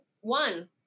one